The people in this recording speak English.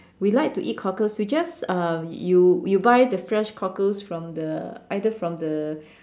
we like to eat cockles we just um you you buy you buy the fresh cockles from the either from the